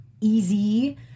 easy